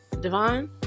Devon